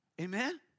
Amen